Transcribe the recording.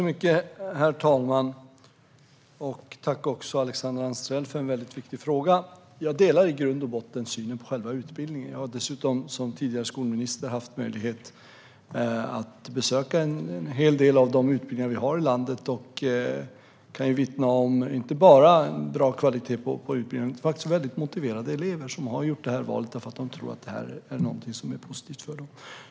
Herr talman! Tack, Alexandra Anstrell, för en viktig fråga! Jag delar i grund och botten synen på själva utbildningen. Jag har dessutom som tidigare skolminister haft möjlighet att besöka en hel del av de utbildningar som finns i landet, och jag kan vittna om inte bara bra kvalitet på utbildningen utan även om motiverade elever som har gjort valet därför att de tror att det är positivt för dem.